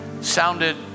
sounded